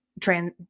trans